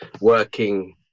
working